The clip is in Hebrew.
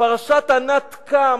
פרשת ענת קם,